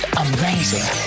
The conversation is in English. amazing